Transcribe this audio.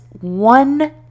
one